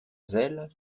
zèle